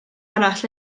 arall